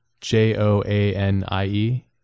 j-o-a-n-i-e